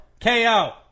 KO